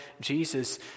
jesus